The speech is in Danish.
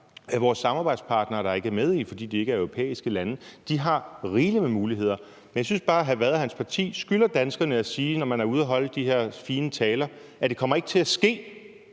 af vores samarbejdspartnere, der ikke er med i, fordi de ikke er europæiske lande. De har rigeligt med muligheder. Men jeg synes bare, at hr. Frederik Vad og hans parti skylder danskerne at sige, når man er ude at holde de her fine taler, at det ikke kommer til at ske,